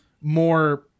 more